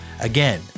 Again